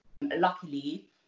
luckily